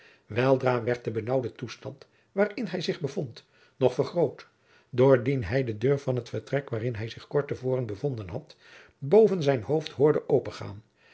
weldra werd de benaauwde toestand waarin hij zich bevond nog vergroot doordien hij de deur van het vertrek waarin hij zich kort te voren bevonden had boven zijn hoofd hoorde opengaan